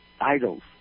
idols